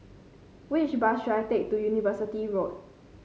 which bus should I take to University Road